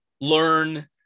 learn